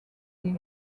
des